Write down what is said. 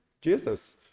Jesus